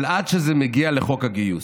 אבל עד שזה מגיע לחוק הגיוס.